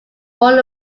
born